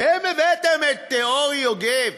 אתם הבאתם את אורי יוגב,